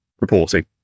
reporting